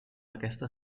aquesta